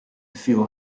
feel